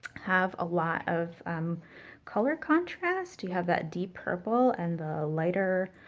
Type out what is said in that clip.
have a lot of color contrast. you have that deep purple and the lighter,